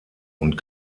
und